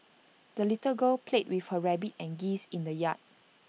the little girl played with her rabbit and geese in the yard